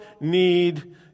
need